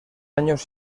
años